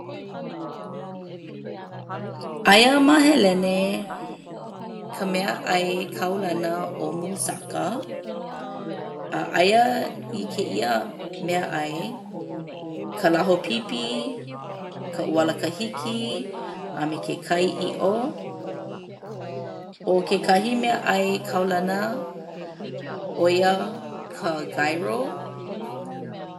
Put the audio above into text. Aia ma Helene ka meaʻai kaulana ʻo moussaka. Aia i kēia meaʻai ka lahopipi, ka ʻualakahiki a me ke kai iʻo. ʻO kekahi meaʻai kaulana ʻo ia ka gyro.